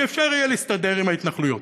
שאפשר יהיה להסתדר עם ההתנחלויות,